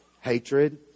hatred